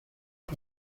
los